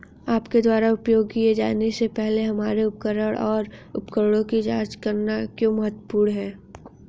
आपके द्वारा उपयोग किए जाने से पहले हमारे उपकरण और उपकरणों की जांच करना क्यों महत्वपूर्ण है?